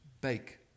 bake